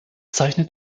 zeichnet